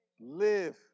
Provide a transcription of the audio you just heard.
Live